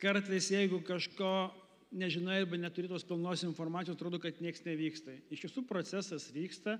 kartais jeigu kažko nežinai arba neturi tos pilnos informacijos atrodo kad nieks nevyksta iš tiesų procesas vyksta